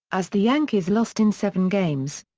as the yankees lost in seven games.